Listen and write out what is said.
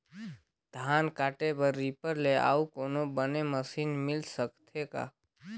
धान काटे बर रीपर ले अउ कोनो बने मशीन मिल सकथे का?